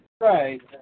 Right